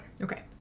Okay